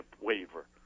waiver